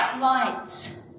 lights